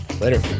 Later